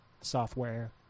software